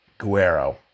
Guero